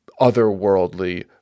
otherworldly